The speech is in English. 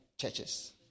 churches